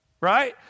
Right